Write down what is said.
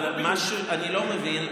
אבל מה שאני לא מבין,